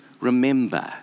remember